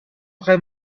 vraie